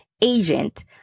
agent